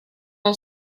all